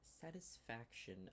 satisfaction